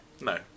No